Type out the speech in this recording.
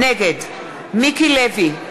נגד מיקי לוי,